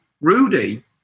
Rudy